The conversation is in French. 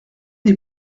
des